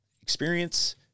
experience